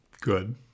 Good